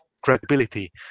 credibility